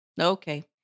Okay